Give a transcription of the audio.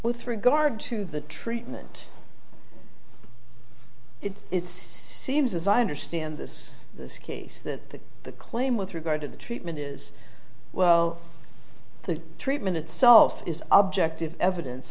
regard to the treatment it it's seems as i understand this this case that the claim with regard to the treatment is well the treatment itself is objective evidence